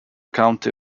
county